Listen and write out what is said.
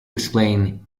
explain